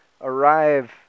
arrive